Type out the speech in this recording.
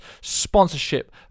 sponsorship